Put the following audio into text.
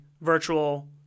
virtual